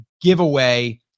giveaway